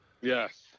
Yes